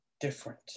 different